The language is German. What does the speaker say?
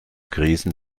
krisen